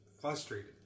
Frustrated